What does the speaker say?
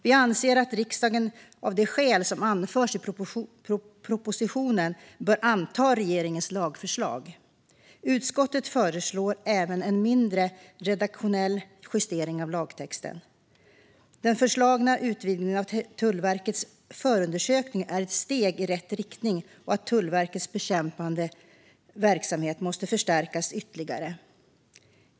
Vi anser att riksdagen av de skäl som anförs i propositionen bör anta regeringens lagförslag. Utskottet föreslår även en mindre redaktionell justering av lagtexten. Den föreslagna utvidgningen av Tullverkets förundersökningsrätt är ett steg i rätt riktning. Tullverkets brottsbekämpande verksamhet måste förstärkas ytterligare.